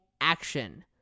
action